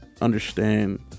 understand